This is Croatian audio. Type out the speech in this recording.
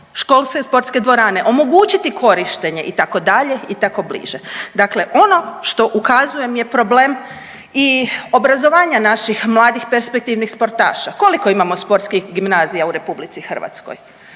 školske i sportske dvorane omogućiti korištenje, itd., i tako bliže. Dakle ono što ukazujem je problem i obrazovanja naših mladih perspektivnih sportaša, koliko imamo sportskih gimnazija u RH? Ova